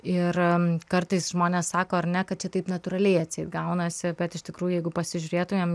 ir kartais žmonės sako ar ne kad čia taip natūraliai atseit gaunasi bet iš tikrųjų jeigu pasižiūrėtumėm